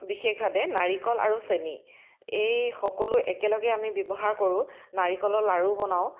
বিশেষভাৱে নাৰিকল আৰু চেনী এই সকলো একেলগে আমি ব্যৱহাৰ কৰোঁ নাৰিকলৰ লাড়ু বনাওঁ